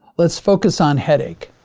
let's focus on headache.